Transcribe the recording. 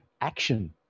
action